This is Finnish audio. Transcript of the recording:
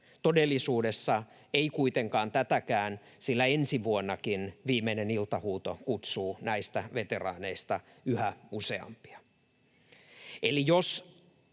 todellisuudessa ei kuitenkaan tätäkään, sillä ensi vuonnakin viimeinen iltahuuto kutsuu näistä veteraaneista yhä useampia.